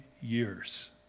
years